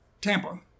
Tampa